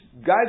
guys